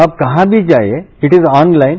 अब कहां भी जाइये इट इज ऑनलाइन